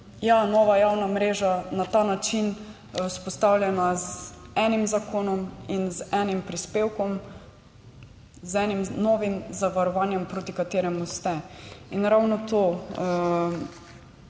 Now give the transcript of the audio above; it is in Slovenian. Ja, nova javna mreža na ta način vzpostavljena, z enim zakonom in z enim prispevkom, z enim novim zavarovanjem proti kateremu ste. In ravno to